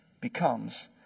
becomes